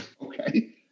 Okay